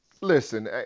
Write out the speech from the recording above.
listen